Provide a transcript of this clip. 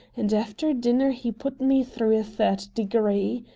and after dinner he put me through a third degree.